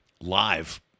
live